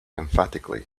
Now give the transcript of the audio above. emphatically